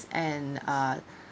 and uh